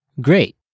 Great